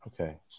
okay